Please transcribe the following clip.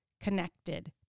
connected